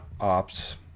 ops